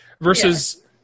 versus